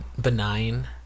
benign